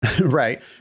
right